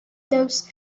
those